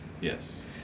Yes